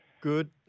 Good